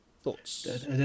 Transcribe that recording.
Thoughts